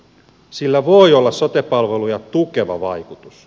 sillä voi olla sote palveluja tukeva vaikutus